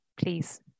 please